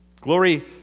glory